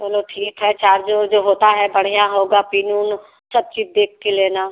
चलो ठीक है चार्ज ओर्ज होता है बढ़िया होगा पिन उन सब चीज देख कर लेना